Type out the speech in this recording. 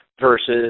versus